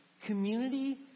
community